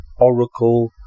oracle